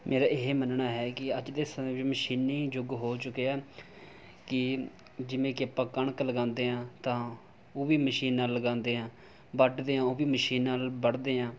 ਮੇਰਾ ਇਹ ਮੰਨਣਾ ਹੈ ਕਿ ਅੱਜ ਦੇ ਸਮੇਂ ਵਿੱਚ ਮਸ਼ੀਨੀ ਯੁੱਗ ਹੋ ਚੁੱਕਿਆ ਕਿ ਜਿਵੇਂ ਕਿ ਆਪਾਂ ਕਣਕ ਲਗਾਉਂਦੇ ਹਾਂ ਤਾਂ ਉਹ ਵੀ ਮਸ਼ੀਨ ਨਾਲ ਲਗਾਉਂਦੇ ਹਾਂ ਵੱਢਦੇ ਹਾਂ ਉਹ ਵੀ ਮਸ਼ੀਨ ਨਾਲ ਵੱਢਦੇ ਹਾਂ